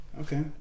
Okay